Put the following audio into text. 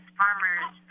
farmers